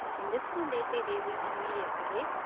in this one, they say they leave immediately.